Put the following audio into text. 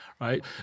right